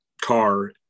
car